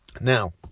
Now